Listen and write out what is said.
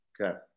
Okay